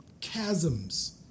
chasms